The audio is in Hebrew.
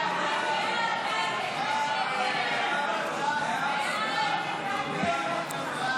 חוק לתיקון פקודת מס הכנסה (מס' 275), התשפ"ה